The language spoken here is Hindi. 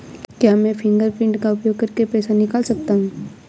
क्या मैं फ़िंगरप्रिंट का उपयोग करके पैसे निकाल सकता हूँ?